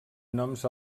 noms